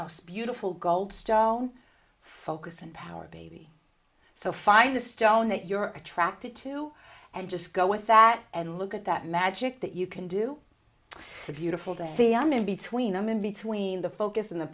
most beautiful goldstone focus and power baby so find a stone that you're attracted to and just go with that and look at that magic that you can do the beautiful day the i'm in between i'm in between the focus on the